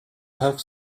have